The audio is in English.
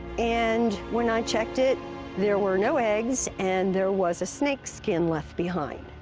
and when i checked it there were no eggs and there was a snakeskin left behind.